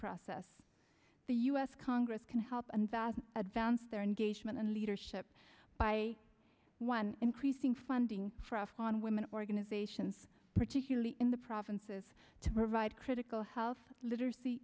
process the u s congress can help and that advance their engagement and leadership by one increasing funding for afghan women organizations particularly in the provinces to provide critical health literacy